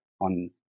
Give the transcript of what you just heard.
on